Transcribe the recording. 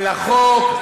על החוק?